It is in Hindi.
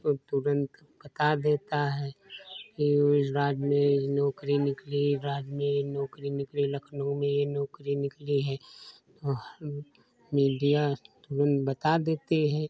वो तुरंत बता देता है कि उस राज्य में ए नौकरी निकली है इस राज्य में ए नौकरी निकली लखनऊ में ये नौकरी निकली है तो हर ऊ मीडिया तुरंत बता देते है